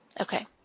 Okay